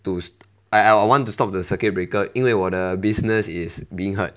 to I I want to stop the circuit breaker 因为我的 business is being hurt